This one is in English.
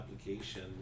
application